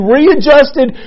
readjusted